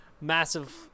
massive